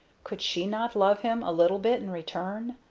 could she not love him a little bit in return?